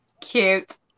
Cute